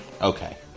Okay